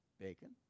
Bacon